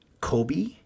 Kobe